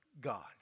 God